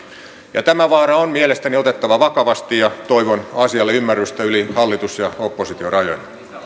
tämä vaara on mielestäni otettava vakavasti ja toivon asialle ymmärrystä yli hallitus ja oppositiorajojen